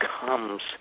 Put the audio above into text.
comes